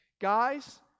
Guys